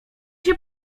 się